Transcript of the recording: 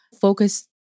focus